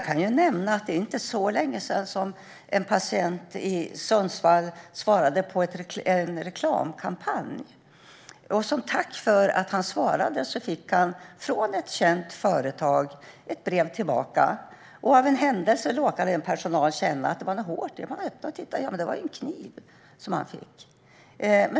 Det är inte så länge sedan en patient i Sundsvall svarade på en reklamkampanj och som tack för det fick ett brev tillbaka från ett känt företag. Av en händelse råkade en i personalen känna att det var något hårt i, och det var en kniv som han fick.